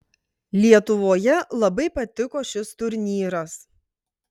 lietuvoje labai patiko šis turnyras